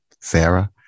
Sarah